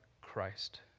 Christ